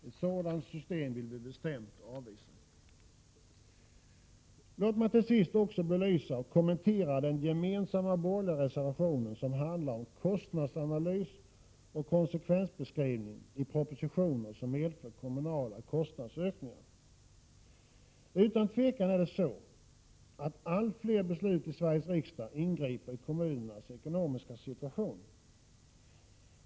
Ett sådant system vill vi bestämt avvisa. Låt mig till sist också belysa och kommentera den gemensamma borgerliga reservation som handlar om kostnadsanalys och konsekvensbeskrivning i propositioner som medför kommunala kostnadsökningar. Utan tvivel ingriper allt fler beslut i Sveriges riksdag i kommunernas ekonomiska situation.